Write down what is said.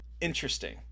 interesting